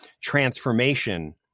transformation